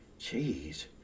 Jeez